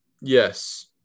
Yes